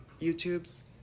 YouTubes